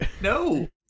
No